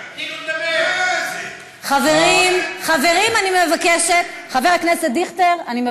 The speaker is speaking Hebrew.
אפילו, כשאתה רואה ישראלים, עבד